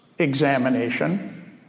Examination